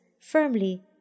firmly